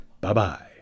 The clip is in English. bye-bye